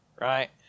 right